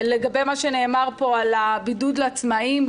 לגבי מה שנאמר פה על הבידוד לעצמאים,